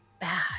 bad